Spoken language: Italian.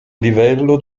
livello